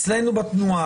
אצלנו בתנועה,